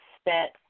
spent